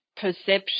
perception